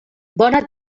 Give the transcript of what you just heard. bona